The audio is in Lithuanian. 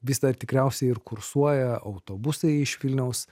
vis dar tikriausiai ir kursuoja autobusai iš vilniaus